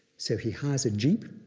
so he hires a jeep,